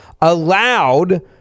allowed